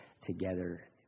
together